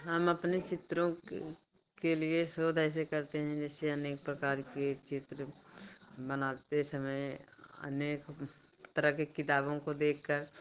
हम अपने चित्रों के लिए शोध ऐसे करते हैं जैसे अनेक प्रकार के चित्र बनाते समय अनेक तरह के किताबों को देखकर